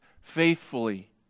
faithfully